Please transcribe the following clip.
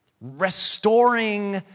restoring